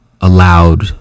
Allowed